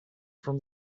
from